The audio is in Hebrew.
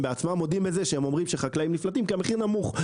הם בעצמם מודים בזה שהם אומרים שחקלאים נפלטים כי המחיר נמוך.